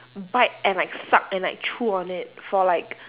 bite and like suck and like chew on it for like